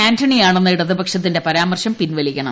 ആന്റണിയാണെന്ന ഇടതുപക്ഷത്തിന്റെ പരാമർശം പിൻവലിക്കണം